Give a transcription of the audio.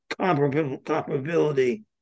comparability